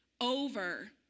over